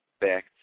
Back